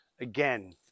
again